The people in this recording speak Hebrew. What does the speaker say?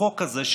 החוק הזה,